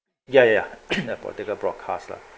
ya ya ya that particular broadcast lah